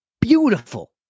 beautiful